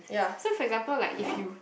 so for example like if you